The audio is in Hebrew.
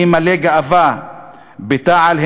אני מלא גאווה בתע"ל,